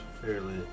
fairly